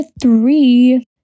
three